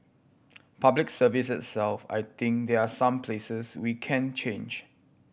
Public Service itself I think there are places where we can change